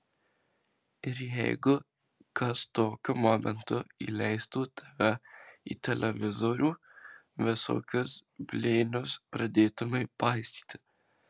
ir jeigu kas tokiu momentu įleistų tave į televizorių visokius blėnius pradėtumei paistyti